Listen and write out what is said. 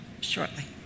shortly